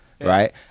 right